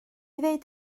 ddweud